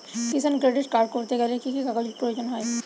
কিষান credit card করতে গেলে কি কি কাগজ প্রয়োজন হয়?